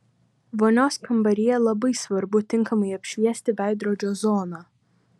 vonios kambaryje labai svarbu tinkamai apšviesti veidrodžio zoną